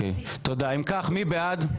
אם כך, מי בעד?